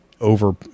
over